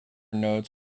notes